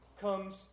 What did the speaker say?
comes